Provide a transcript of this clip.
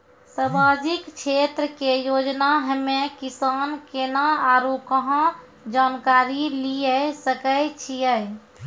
समाजिक क्षेत्र के योजना हम्मे किसान केना आरू कहाँ जानकारी लिये सकय छियै?